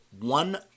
one